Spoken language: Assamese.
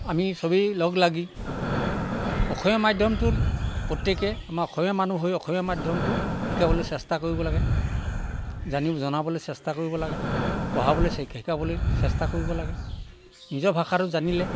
আমি চবেই লগ লাগি অসমীয়া মাধ্যমটোত প্ৰত্যেকে আমাৰ অসমীয়া মানুহ হৈ অসমীয়া মাধ্যমটোক শিকাবলৈ চেষ্টা কৰিব লাগে জানি জনাবলৈ চেষ্টা কৰিব লাগে পঢ়াবলৈ চে শিকাবলৈ চেষ্টা কৰিব লাগে নিজৰ ভাষাটোক জানিলে